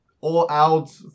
All-out